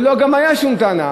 וגם לא הייתה שום טענה.